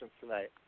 tonight